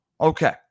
Okay